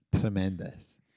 Tremendous